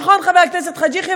נכון, חבר הכנסת חאג' יחיא.